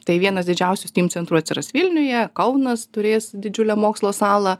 tai vienas didžiausių steam centrų atsiras vilniuje kaunas turės didžiulę mokslo salą